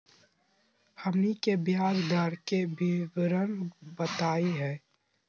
हमनी के ब्याज दर के विवरण बताही हो?